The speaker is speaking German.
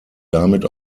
damit